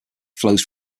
flows